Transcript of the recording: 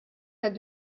tad